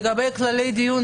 לגבי כללי הדיון,